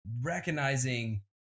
recognizing